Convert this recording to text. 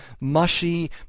mushy